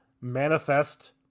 manifest